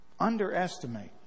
Underestimate